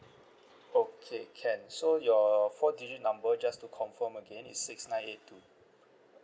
okay can so your four digit number just to confirm again it's six nine eight two